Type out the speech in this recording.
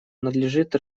надлежит